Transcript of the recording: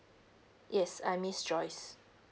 yes I'm miss joyce